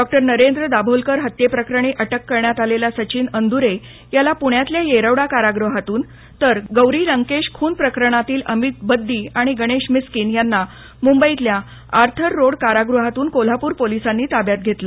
doctor Narendra Dabholkar हत्येप्रकरणी अटक करण्यात आलेला सचिन अंदुरे याला पुण्यातल्या येरवडा कारागृहातून तर गौरी लंकेश खुन प्रकरणातील अमित बद्दी आणि गणेश मिस्किन यांना मुंबईतल्या आर्थर रोड कारागृहातून कोल्हापूर पोलीसांनी ताब्यात घेतलं